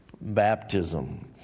baptism